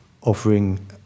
offering